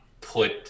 put